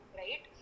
right